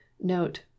Note